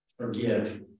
forgive